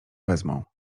wezmą